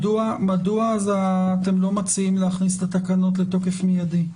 מדוע אתם לא מציעים להכניס את התקנות לתוקף מיידי?